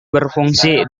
berfungsi